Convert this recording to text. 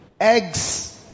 eggs